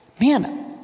man